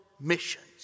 missions